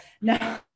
No